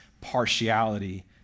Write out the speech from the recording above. partiality